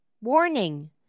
Warning